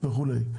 וכו'.